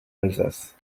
alsace